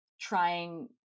trying